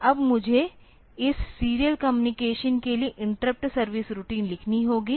अब मुझे इस सीरियल कम्युनिकेशन के लिए इंटरप्ट सर्विस रूटिंग लिखनी होगी